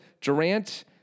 Durant